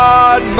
God